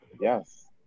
Yes